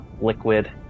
liquid